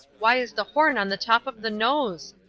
why is the horn on the top of the nose?